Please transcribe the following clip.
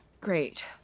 Great